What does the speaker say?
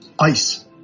ice